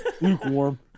lukewarm